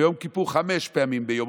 וביום כיפור חמש פעמים ביום,